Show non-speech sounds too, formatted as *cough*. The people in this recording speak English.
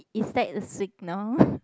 is that a signal *breath*